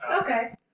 Okay